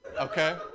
okay